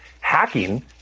hacking